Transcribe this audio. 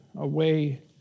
away